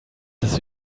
das